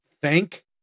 thank